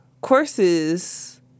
courses